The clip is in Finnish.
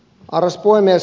arvoisa puhemies